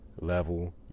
level